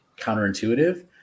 counterintuitive